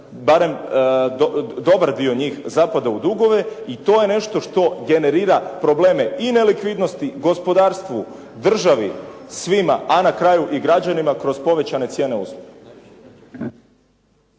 barem dobar dio njih zapada u dugove i to je nešto što generira probleme i nelikvidnosti gospodarstvu, državu, svima a na kraju i građanima kroz povećane cijene usluga.